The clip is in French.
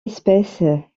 espèce